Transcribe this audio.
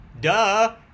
Duh